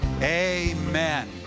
Amen